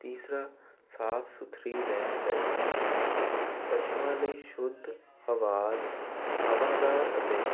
ਤੀਸਰਾ ਸਾਫ ਸੁਥਰੀ ਰਹਿਣ ਬੈਠਣ ਦੀ ਥਾਂ ਪਸ਼ੂਆਂ ਲਈ ਸ਼ੁੱਧ ਹਵਾਦ ਹਵਾਦਾਰ ਅਤੇ